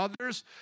Others